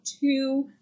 two